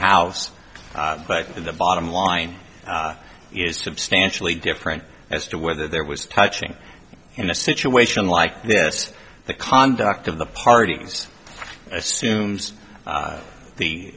house but the bottom line is to stanch really different as to whether there was touching in a situation like this the conduct of the parties assumes the